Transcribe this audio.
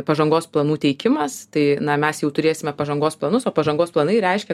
pažangos planų teikimas tai na mes jau turėsime pažangos planus o pažangos planai reiškia